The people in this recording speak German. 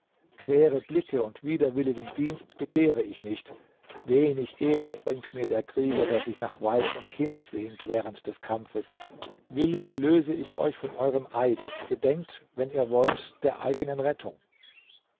quere blicke und widerwilligen dienst begehre ich nicht wenig ehre bringt mir der krieger der sich nach weib und kind sehnt während des kampfes willig löse ich euch von eurem eide gedenkt wenn ihr wollt der eigenen rettung